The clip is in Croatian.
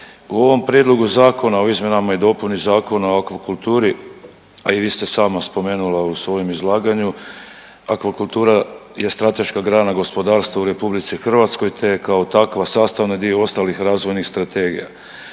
u ovom Prijedlogu Zakona o izmjenama i dopuni Zakona o akvakulturi, a i vi ste sama spomenula u svojem izlaganju, akvakultura je strateška grana gospodarstva u RH te je kao takva sastavni dio ostalih razvojnih strategija.